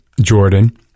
Jordan